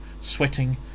sweating